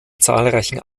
zahlreichen